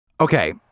Okay